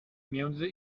między